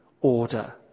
order